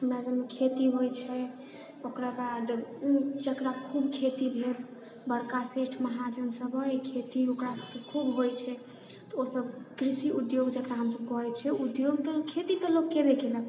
हमरा सबमे खेती होइ छै ओकरा बाद ओ जकरा खूब खेती भेल बड़का सेठ महाजन सब अइ खेती ओकरा सबके खूब होइ छै तऽ ओसब कृषि उद्योग जकरा हमसब कहै छिए उद्योग तऽ खेती तऽ लोक केबे केलक